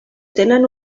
tenen